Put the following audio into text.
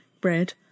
bread